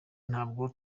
ntabwo